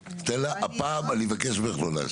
סטלה, הפעם אני מבקש ממך לא לאשר.